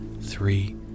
three